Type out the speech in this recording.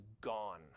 gone